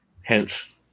Hence